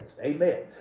Amen